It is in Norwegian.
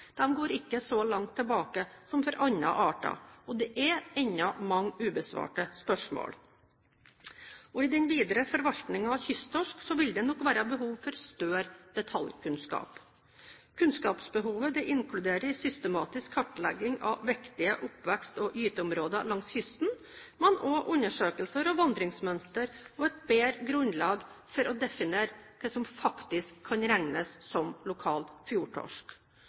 går ikke så langt tilbake som for andre arter, og det er ennå mange ubesvarte spørsmål. I den videre forvaltningen av kysttorsk vil det nok være behov for større detaljkunnskap. Kunnskapsbehovet inkluderer systematisk kartlegging av viktige oppvekst- og gyteområder langs kysten, men også undersøkelser av vandringsmønster og et bedre grunnlag for å definere hva som faktisk kan regnes som lokal fjordtorsk.